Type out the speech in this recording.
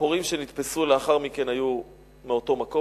הפורעים שנתפסו לאחר מכן היו מאותו מקום.